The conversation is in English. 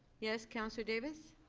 yes, counselor davis?